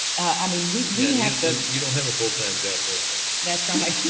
i mean, we have to. you don't have a full-time job doing this. that's right.